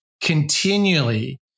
continually